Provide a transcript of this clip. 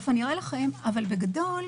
בגדול,